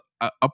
up